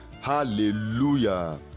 hallelujah